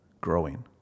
growing